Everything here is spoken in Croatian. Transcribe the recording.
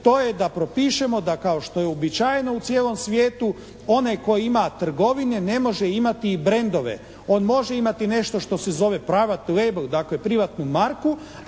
to je da propišemo da kao što je uobičajeno u cijelom svijetu, onaj tko ima trgovine ne može imati i brandove. On može imati nešto što se zove "private label", dakle, privatnu marku,